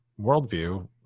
worldview